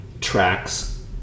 tracks